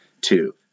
two